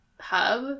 hub